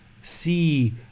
see